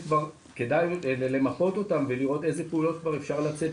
כדאי למפות אותם ולראות איזה פעולות כבר אפשר לצאת